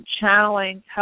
Channeling